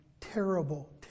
terrible